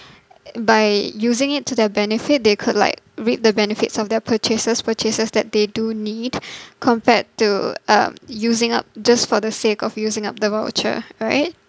by using it to their benefit they could like reap the benefits of their purchases purchases that they do need compared to uh using up just for the sake of using up the voucher right